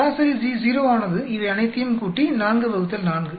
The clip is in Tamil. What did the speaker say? சராசரி C0 ஆனது இவையனைத்தையும் கூட்டி 4 4